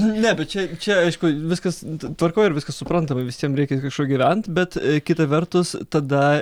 ne bet čia čia aišku viskas tvarkoj ir viskas suprantama visiem reikia iš kažko gyvent bet kita vertus tada